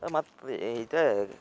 ಮತ್ತು ಇದು